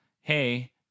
hey